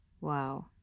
wow